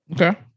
Okay